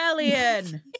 alien